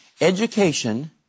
education